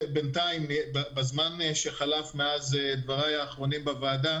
בזמן שחלף מאז דבריי האחרונים בוועדה